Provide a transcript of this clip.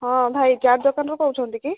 ହଁ ଭାଇ ଚାଟ୍ ଦୋକାନରୁ କହୁଛନ୍ତି କି